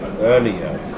earlier